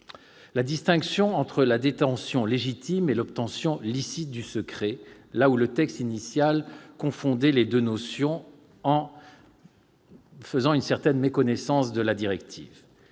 La distinction entre la détention légitime et l'obtention licite du secret est conservée, alors que le texte initial confondait les deux notions, du fait d'une certaine méconnaissance de la directive